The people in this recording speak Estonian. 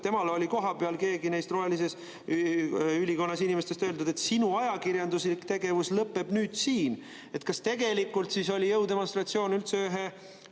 et temale oli kohapeal keegi neist rohelises ülikonnas inimestest öelnud: "Sinu ajakirjanduslik tegevus lõpeb nüüd siin." Kas tegelikult oli jõudemonstratsioon üldse ühe